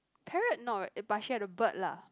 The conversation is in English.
parrot not but share the bird lah